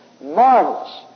marvelous